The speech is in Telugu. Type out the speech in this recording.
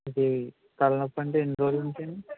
అది తలనొప్పి అంటే ఎన్ని రోజుల నుంచి అండీ